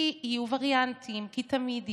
כי יהיו וריאנטים, כי תמיד יש,